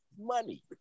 money